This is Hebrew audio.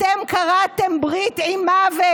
אתם כרתם ברית עם מוות.